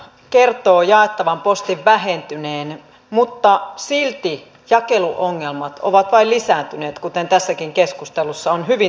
posti kertoo jaettavan postin vähentyneen mutta silti jakeluongelmat ovat vain lisääntyneet kuten tässäkin keskustelussa on hyvin tullut ilmi